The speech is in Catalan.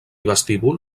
vestíbul